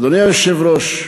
אדוני היושב-ראש,